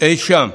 אי שם.